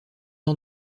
ans